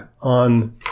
on